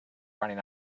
running